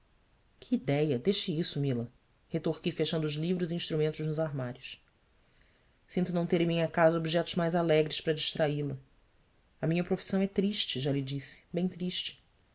que idéia deixe isso mila retorqui fechando os livros e instrumentos nos armários into não ter em minha casa objetos mais alegres para distraí la a minha profissão é triste já lhe disse bem triste